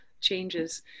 changes